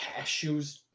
cashews